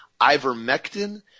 ivermectin